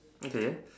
okay